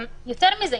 יותר מזה,